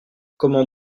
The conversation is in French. comment